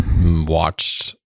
watched